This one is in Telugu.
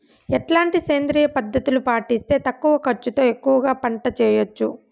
ఎట్లాంటి సేంద్రియ పద్ధతులు పాటిస్తే తక్కువ ఖర్చు తో ఎక్కువగా పంట చేయొచ్చు?